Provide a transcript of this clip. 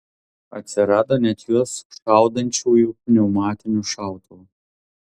atsirado net juos šaudančiųjų pneumatiniu šautuvu